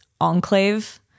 enclave